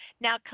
Now